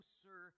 sir